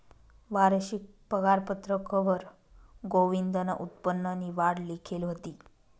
वारशिक पगारपत्रकवर गोविंदनं उत्पन्ननी वाढ लिखेल व्हती